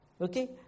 Okay